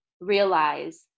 realize